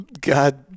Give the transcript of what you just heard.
God